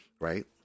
right